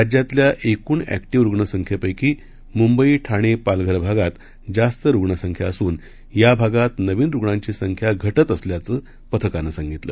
राज्यातल्याएकूणएक्टीव्हरुग्णसंख्येपैकीमुंबई Thane पालघरभागातजास्तरुग्णसंख्याअसूनयाभागातनवीनरुग्णांचीसंख्याघटतअसल्याचंपथकानंसांगितलं